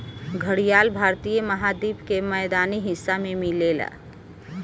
घड़ियाल भारतीय महाद्वीप के मैदानी हिस्सा में मिलेला